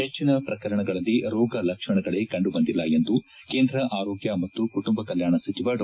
ಹೆಚ್ಚಿನ ಪ್ರಕರಣಗಳಲ್ಲಿ ರೋಗ ಲಕ್ಷಣಗಳೇ ಕಂಡುಬಂದಿಲ್ಲ ಎಂದು ಕೇಂದ್ರ ಆರೋಗ್ಗ ಮತ್ತು ಕುಟುಂಬ ಕಲ್ಲಾಣ ಸಚಿವ ಡಾ